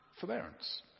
Forbearance